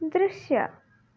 ದೃಶ್ಯ